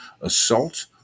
assault